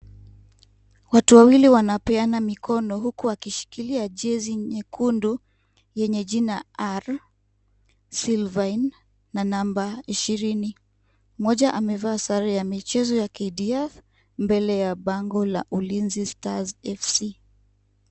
Watu wawili wanapeana mikono, huku wakishikilia jezi nyekundu yenye jina, R Silvine na namba 20. Mmoja amevaa sare ya michezo ya KDF, mbele ya bango la Ulinzi Stars FC.